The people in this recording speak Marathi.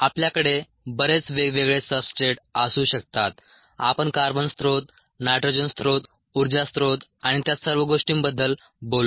आपल्याकडे बरेच वेगवेगळे सब्सट्रेट असू शकतात आपण कार्बन स्त्रोत नायट्रोजन स्त्रोत उर्जा स्त्रोत आणि त्या सर्व गोष्टींबद्दल बोललो